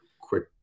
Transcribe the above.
quick